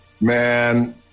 Man